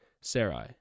Sarai